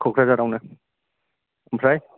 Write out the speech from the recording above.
क'क्राझारावनो ओमफ्राय